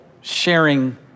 sharing